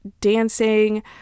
dancing